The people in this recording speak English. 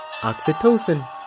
oxytocin